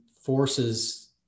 forces